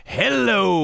hello